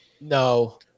No